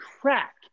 crack